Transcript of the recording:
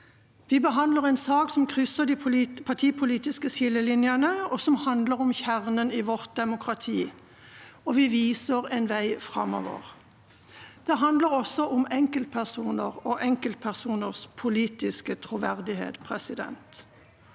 Vi behandler en sak som krysser de partipolitiske skillelinjene, som handler om kjernen i vårt demokrati, og vi viser en vei framover. Det handler om enkeltpersoner og enkeltpersoners politiske troverdighet. Det